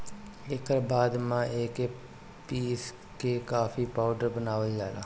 एकर बाद एके पीस के कॉफ़ी पाउडर बनावल जाला